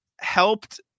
helped –